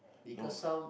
no